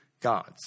gods